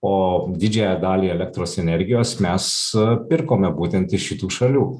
o didžiąją dalį elektros energijos mes pirkome būtent iš šitų šalių